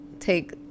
take